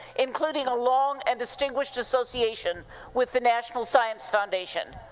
including a long and distinguished association with the national science foundation.